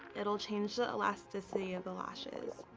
it'll change the elasticity of the lashes.